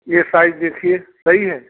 ये साइज़ देखिए सही है